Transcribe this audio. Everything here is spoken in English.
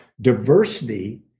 diversity